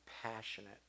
passionate